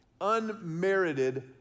unmerited